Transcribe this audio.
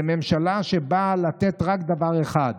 זאת ממשלה שבאה לתת רק דבר אחד: